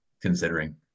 considering